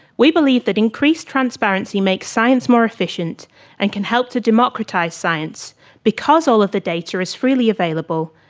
we believe that increased transparency makes science more efficient and can help to democratise science because all of the data is freely available,